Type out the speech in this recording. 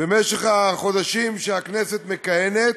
במשך החודשים שהכנסת מכהנת,